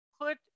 put